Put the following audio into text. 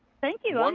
thank you. um